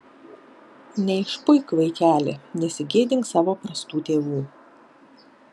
neišpuik vaikeli nesigėdink savo prastų tėvų